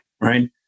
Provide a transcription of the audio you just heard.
right